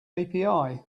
api